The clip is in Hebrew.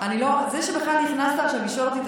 זה שבכלל נכנסת עכשיו לשאול אותי את